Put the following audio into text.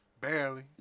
Barely